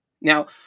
now